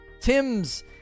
Tim's